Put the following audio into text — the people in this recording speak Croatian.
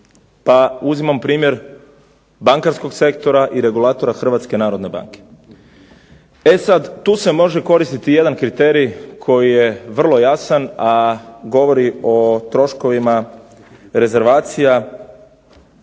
pa uzimam primjer bankarskog sektora i regulatora Hrvatske narodne banke. E sada, tu se može koristiti jedan kriterij koji je vrlo jasan a govori o troškovima rezervacija